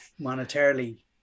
monetarily